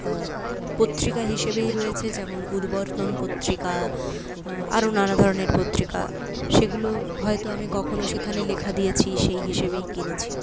পত্রিকা হিসেবেই রয়েছে যেমন উরবর্তন পত্রিকা আরও নানাধরণের পত্রিকা সেগুলো হয়ত আমি কখনও সেখানে লেখা দিয়েছি সেই হিসেবেই কিনেছি